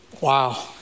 Wow